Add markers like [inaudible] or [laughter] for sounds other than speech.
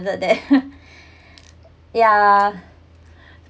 that that [laughs] yeah